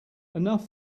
enough